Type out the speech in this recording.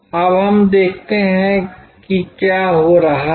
अब हम देखते हैं कि क्या हो रहा है